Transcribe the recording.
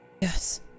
Yes